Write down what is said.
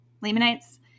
Lamanites